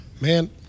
Man